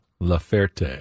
Laferte